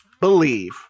believe